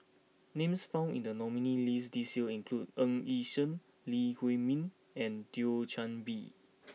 names found in the nominees' list this year include Ng Yi Sheng Lee Huei Min and Thio Chan Bee